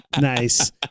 Nice